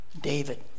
David